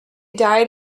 died